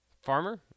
Farmer